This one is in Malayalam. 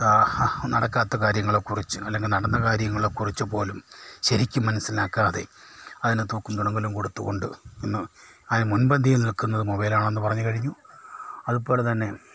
നടക്കാത്ത കാര്യങ്ങളെക്കുറിച്ച് അല്ലെങ്കിൽ നടന്ന കാര്യങ്ങളെക്കുറിച്ച് പോലും ശരിക്കും മനസ്സിലാക്കാതെ അതിന് തൂക്കും തുടങ്ങലും കൊടുത്തുകൊണ്ട് ഇന്ന് അതിന് മുൻപന്തിയിൽ നിൽക്കുന്നത് മൊബൈലാണെന്ന് പറഞ്ഞ് കഴിഞ്ഞു അതുപോലെ തന്നെ